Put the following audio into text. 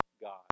God